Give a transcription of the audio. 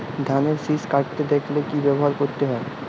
ধানের শিষ কাটতে দেখালে কি ব্যবহার করতে হয়?